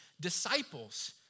disciples